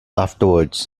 afterwards